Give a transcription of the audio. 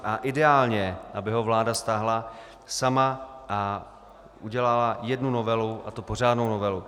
A ideálně, aby ho vláda stáhla sama a udělala jednu novelu, a to pořádnou novelu.